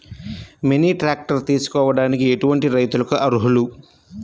Mini tractor తీసుకోవడానికి ఎటువంటి రైతులకి అర్హులు?